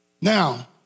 Now